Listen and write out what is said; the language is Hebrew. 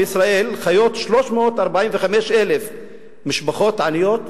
בישראל חיות 345,000 משפחות עניות,